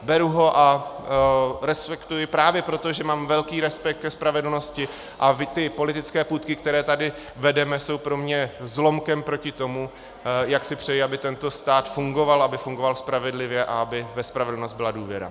Beru ho a respektuji právě proto, že mám velký respekt ke spravedlnosti, a ty politické půtky, které tady vedeme, jsou pro mě zlomkem proti tomu, jak si přeji, aby tento stát fungoval, aby fungoval spravedlivě a aby ve spravedlnost byla důvěra.